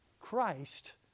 Christ